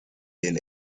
been